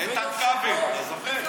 איתן כבל, אתה זוכר?